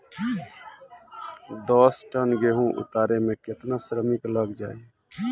दस टन गेहूं उतारे में केतना श्रमिक लग जाई?